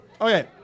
Okay